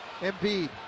Embiid